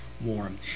warm